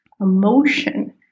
emotion